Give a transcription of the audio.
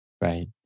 Right